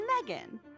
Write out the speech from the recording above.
Megan